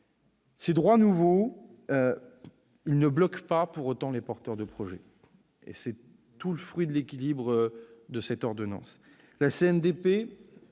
Ces droits nouveaux ne bloquent pas, pour autant, les porteurs de projets, et c'est tout le fruit de l'équilibre de cette ordonnance.